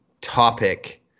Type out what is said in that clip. topic